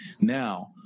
Now